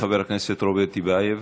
חבר הכנסת רוברט טיבייב,